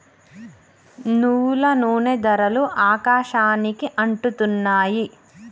నువ్వుల నూనె ధరలు ఆకాశానికి అంటుతున్నాయి